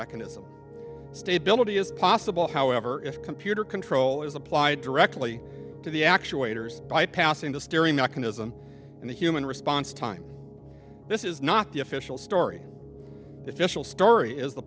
mechanism stabile it is possible however if computer control is applied directly to the actuators bypassing the steering mechanism and the human response time this is not the official story official story is the